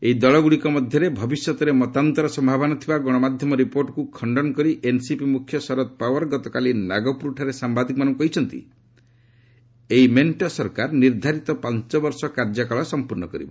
ଏହି ଦଳଗୁଡ଼ିକ ମଧ୍ୟରେ ଭବିଷ୍ୟତରେ ମତାନ୍ତରର ସମ୍ଭାବନା ଥିବା ଗଣମାଧ୍ୟମ ରିପୋର୍ଟକୁ ଖଶ୍ଚନ କରି ଏନ୍ସିପି ମୁଖ୍ୟ ଶରଦ ପାୱାର ଗତକାଲି ନାଗପୁରରେ ସାମ୍ଭାଦିକମାନଙ୍କୁ କହିଛନ୍ତି ଏହି ମେଣ୍ଟ ସରକାର ନିର୍ଦ୍ଧାରିତ ପାଞ୍ଚ ବର୍ଷ କାର୍ଯ୍ୟକାଳ ସମ୍ପର୍ଶ୍ଣ କରିବ